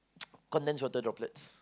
condensed water droplets